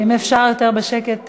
אם אפשר יותר בשקט,